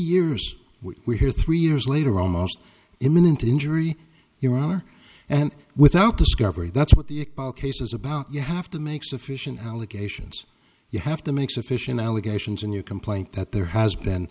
years we are three years later almost imminent injury your honor and without discovery that's what the case is about you have to make sufficient allegations you have to make sufficient allegations in your complaint that there has been